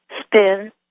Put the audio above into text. spin